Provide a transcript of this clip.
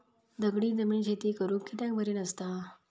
दगडी जमीन शेती करुक कित्याक बरी नसता?